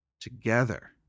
together